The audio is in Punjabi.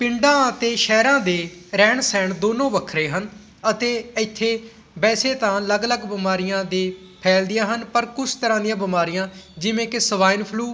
ਪਿੰਡਾਂ ਅਤੇ ਸ਼ਹਿਰਾਂ ਦੇ ਰਹਿਣ ਸਹਿਣ ਦੋਨੋਂ ਵੱਖਰੇ ਹਨ ਅਤੇ ਐਥੇ ਵੈਸੇ ਤਾਂ ਅਲੱਗ ਅਲੱਗ ਬਿਮਾਰੀਆਂ ਦੇ ਫੈਲਦੀਆਂ ਹਨ ਪਰ ਕੁਛ ਤਰ੍ਹਾਂ ਦੀਆਂ ਬਿਮਾਰੀਆਂ ਜਿਵੇਂ ਕਿ ਸਵਾਇਨ ਫਲੂ